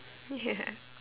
ya